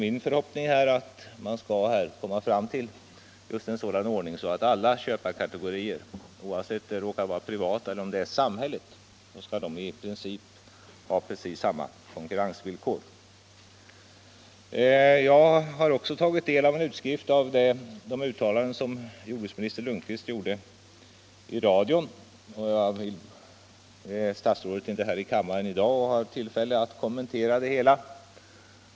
Min förhoppning är att man skall komma fram till en sådan ordning att alla köparkategorier, oavsett om de är privata eller samhälleliga, skall ha samma konkurrensvillkor. Jag har också tagit del av en utskrift av de uttalanden jordbruksministern Lundkvist gjort i radion. Statsrådet är inte i kammaren i dag så har han inte tillfälle att kommentera dem.